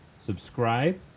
subscribe